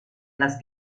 las